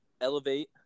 Elevate